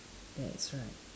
that's right